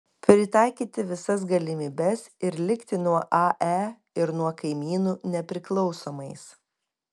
pritaikyti visas galimybes ir likti nuo ae ir nuo kaimynų nepriklausomais